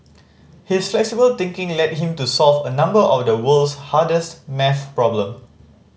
his flexible thinking led him to solve a number of the world's hardest maths problem